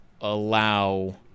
allow